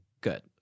Good